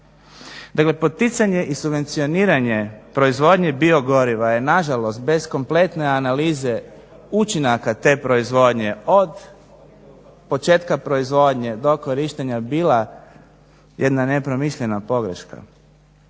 Dakle poticanje i subvencioniranje proizvodnje biogoriva je nažalost bez kompletne analize učinaka te proizvodnje od početka proizvodnje do korištenja bila jedna nepromišljena pogreška.